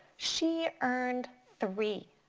she earned three.